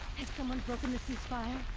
has someone broken the ceasefire?